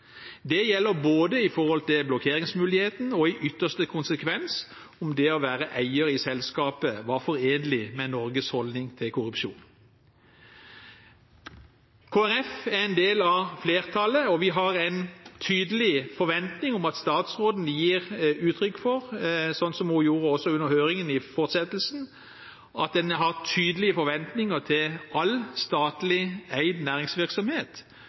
Det gjelder både blokkeringsmuligheten og, i ytterste konsekvens, om det å være eier i selskapet var forenlig med Norges holdning til korrupsjon. Kristelig Folkeparti er en del av flertallet, og vi har en tydelig forventning om at statsråden gir uttrykk for – sånn som hun også gjorde under høringen i fortsettelsen – at en har tydelige forventninger til all statlig eid næringsvirksomhet